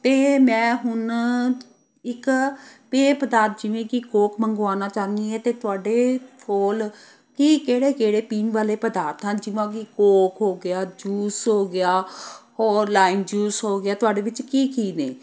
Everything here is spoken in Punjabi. ਅਤੇ ਮੈਂ ਹੁਣ ਇੱਕ ਪੇਅ ਪਦਾਰਥ ਜਿਵੇਂ ਕਿ ਕੋਕ ਮੰਗਵਾਉਣਾ ਚਾਹੁੰਦੀ ਹਾਂ ਅਤੇ ਤੁਹਾਡੇ ਕੋਲ ਕੀ ਕਿਹੜੇ ਕਿਹੜੇ ਪੀਣ ਵਾਲੇ ਪਦਾਰਥ ਹਨ ਜਿਵੇਂ ਕਿ ਕੋਕ ਹੋ ਗਿਆ ਜੂਸ ਹੋ ਗਿਆ ਹੋਰ ਲਾਈਮ ਜੂਸ ਹੋ ਗਿਆ ਤੁਹਾਡੇ ਵਿੱਚ ਕੀ ਕੀ ਨੇ